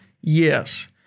Yes